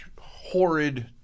horrid